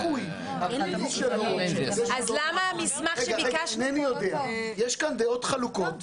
-- -יש כאן דעות חלוקות.